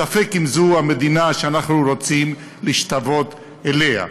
ספק אם זו המדינה שאנחנו רוצים להשתוות אליה,